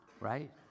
right